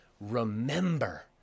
Remember